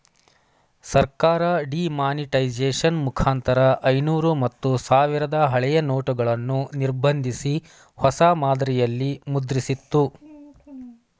ಸರ್ಕಾರ ಡಿಮಾನಿಟೈಸೇಷನ್ ಮುಖಾಂತರ ಐನೂರು ಮತ್ತು ಸಾವಿರದ ಹಳೆಯ ನೋಟುಗಳನ್ನು ನಿರ್ಬಂಧಿಸಿ, ಹೊಸ ಮಾದರಿಯಲ್ಲಿ ಮುದ್ರಿಸಿತ್ತು